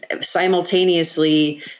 simultaneously